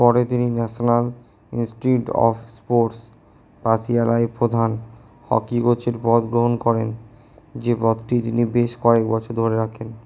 পরে তিনি National Institute of Sports পাতিয়ালায় প্রধান হকি কোচের পদ গ্রহণ করেন যে পদটি তিনি বেশ কয়েক বছর ধরে রাখেন